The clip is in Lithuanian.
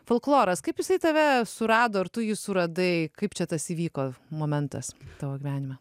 folkloras kaip jisai tave surado ar tu jį suradai kaip čia tas įvyko momentas tavo gyvenime